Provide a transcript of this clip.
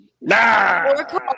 Nah